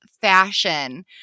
fashion